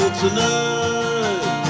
tonight